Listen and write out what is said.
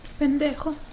Pendejo